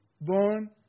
born